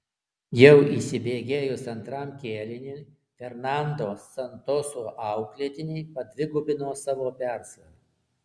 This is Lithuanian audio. jau įsibėgėjus antram kėliniui fernando santoso auklėtiniai padvigubino savo persvarą